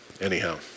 Anyhow